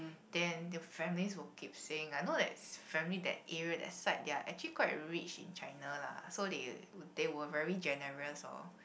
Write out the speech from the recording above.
then the family would keep saying I know that his family that area that side their actually quite rich in China lah so they they were very generous loh